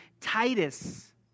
Titus